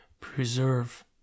preserve